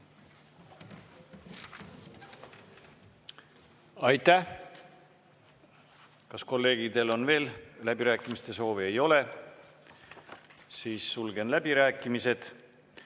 Aitäh! Kas kolleegidel on veel läbirääkimiste soovi? Ei ole. Siis sulgen läbirääkimised.